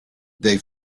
they